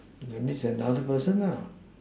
that means another person lah